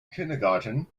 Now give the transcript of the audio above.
kindergarten